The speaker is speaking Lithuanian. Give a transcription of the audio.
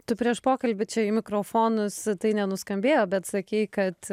tu prieš pokalbį čia į mikrofonus tai nenuskambėjo bet sakei kad